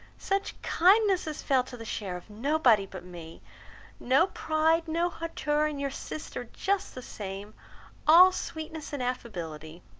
such kindness as fell to the share of nobody but me no pride, no hauteur, and your sister just the same all sweetness and affability!